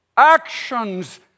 Actions